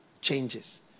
changes